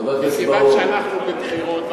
מכיוון שאנחנו בבחירות,